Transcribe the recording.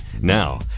Now